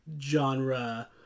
genre